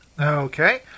Okay